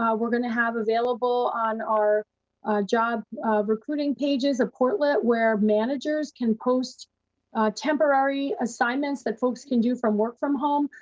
um we're going to have available on our job recruiting pages, a portal ah where managers can post temporary assignments that folks can do from work from home.